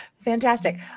fantastic